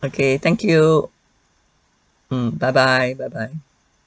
okay thank you mm bye bye bye bye